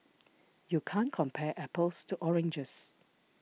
you can't compare apples to oranges